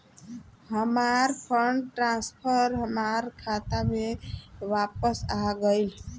हमार fund transfer हमार खाता में वापस आ गइल